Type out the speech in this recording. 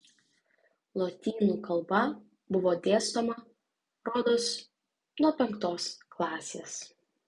lotynų kalba buvo dėstoma rodos nuo penktos klasės